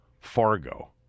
Fargo